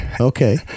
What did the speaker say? Okay